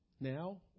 Now